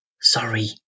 Sorry